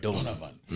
Donovan